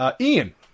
Ian